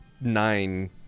nine